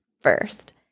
first